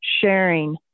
sharing